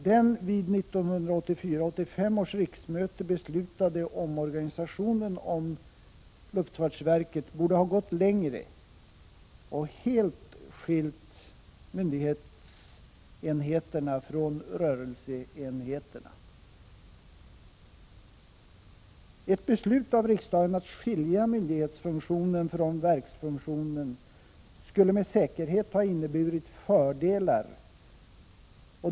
Den vid 1984/85 års riksmöte beslutade omorganisationen av luftfartsverket borde ha gått längre och helt skilt myndighetsenheterna från rörelseenheterna. Ett beslut av riksdagen att skilja myndighetsfunktionen från verksfunktionen skulle med säkerhet ha inneburit fördelar.